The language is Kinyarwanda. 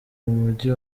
mujyi